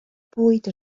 bwyd